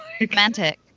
romantic